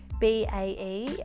BAE